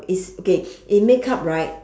it's okay in makeup right